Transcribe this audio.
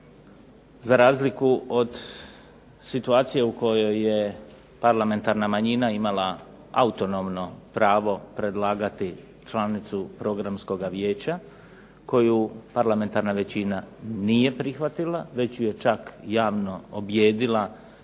za razliku od situacije u kojoj je parlamentarna manjina imala autonomno pravo predlagati članicu Programskog vijeća koju parlamentarna većina nije prihvatila već ju je čak javno objedila